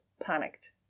panicked